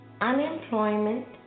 Unemployment